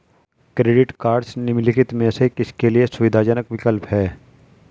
Credit cards निम्नलिखित में से किसके लिए सुविधाजनक विकल्प हैं?